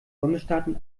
bundesstaaten